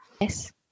Yes